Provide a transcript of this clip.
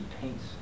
paints